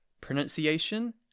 pronunciation